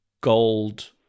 gold